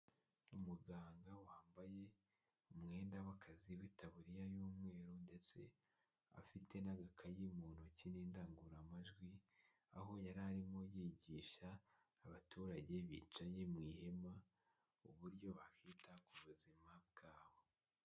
Umuganga wambaye umwenda w'akazi w’itaburiya y'umweru ndetse afite n'agakayi mu ntoki n'indangururamajwi aho yari arimo yigisha abaturage bicaye mw’ihema iburyo bakita ku buzima bwabo.